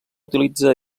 utilitza